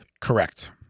Correct